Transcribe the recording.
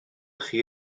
chi